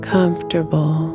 comfortable